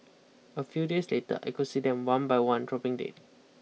a few days later I could see them one by one dropping dead